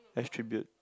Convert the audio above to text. attributes